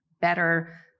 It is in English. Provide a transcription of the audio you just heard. better